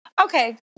Okay